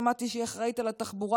שמעתי שהיא אחראית לתחבורה,